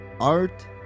art